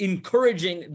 Encouraging